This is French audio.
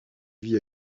vit